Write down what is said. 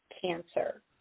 cancer